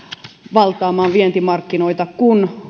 valtaamaan vientimarkkinoita kun